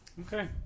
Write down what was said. Okay